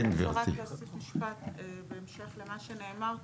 רק להוסיף משפט בהמשך למה שנאמר כאן.